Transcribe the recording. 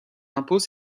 impôts